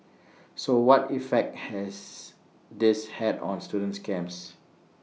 so what effect has this had on student's camps